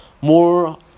more